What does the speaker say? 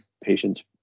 patients